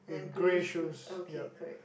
and then grey shoes okay correct